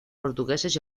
portugueses